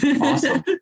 Awesome